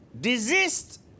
desist